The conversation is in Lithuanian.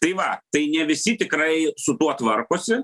tai va tai ne visi tikrai su tuo tvarkosi